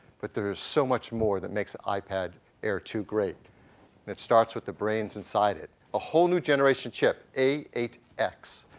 but there are so much more that makes the ipad air two great. and it starts with the brains inside it. a whole new generation chip, a eight x.